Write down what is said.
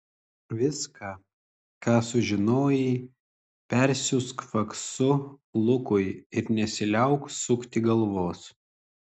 viską ką sužinojai persiųsk faksu lukui ir nesiliauk sukti galvos